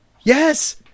Yes